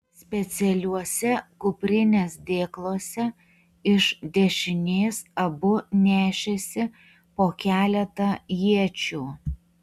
specialiuose kuprinės dėkluose iš dešinės abu nešėsi po keletą iečių